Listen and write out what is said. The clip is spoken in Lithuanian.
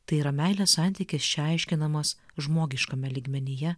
tai yra meilės santykis čia aiškinamas žmogiškame lygmenyje